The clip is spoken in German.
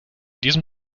diesem